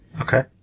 Okay